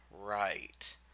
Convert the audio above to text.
Right